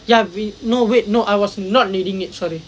ya we no wait no I was not needing it sorry